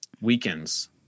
weekends